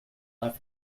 left